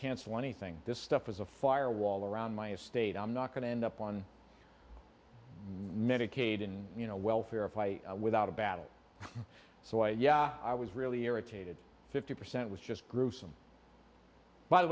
cancel anything this stuff was a fire wall around my estate i'm not going to end up on medicaid and you know welfare if i without a battle so i yeah i was really irritated fifty percent was just gruesome by the